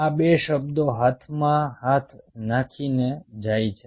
આ 2 શબ્દો હાથમાં હાથ નાખી જાય છે